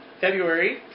February